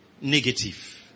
Negative